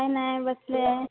काही नाही बसले आहे